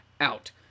out